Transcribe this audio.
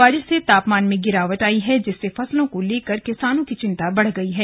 बारिश से तापमान में गिरावट आयी है जिससे फसलों को लेकर किसानों की चिंता बढ़ गई है